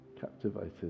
Captivated